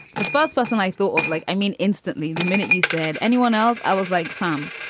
the first person i thought of, like i mean, instantly the minute you said anyone else, i was like fum.